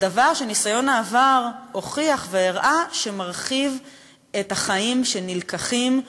דבר שניסיון העבר הוכיח והראה שמרחיב את החיים שנלקחים,